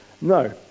No